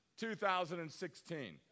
2016